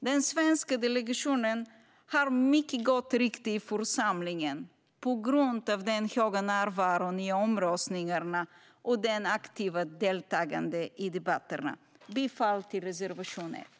Den svenska delegationen har ett mycket gott rykte i församlingen på grund av den höga närvaron vid omröstningarna och det aktiva deltagandet i debatterna. Jag yrkar bifall till reservation 1.